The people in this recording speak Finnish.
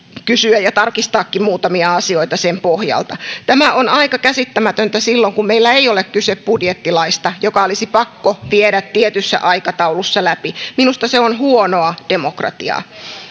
kysyä ja tarkistaakin muutamia asioita sen pohjalta tämä on aika käsittämätöntä silloin kun meillä ei ole kyse budjettilaista joka olisi pakko viedä tietyssä aikataulussa läpi minusta se on huonoa demokratiaa